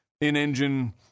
in-engine